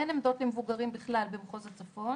אין עמדות למבוגרים בכלל במחוז הצפון,